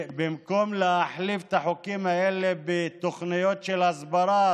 במקום להחליף את החוקים האלה בתוכניות של הסברה,